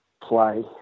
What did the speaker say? play